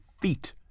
feet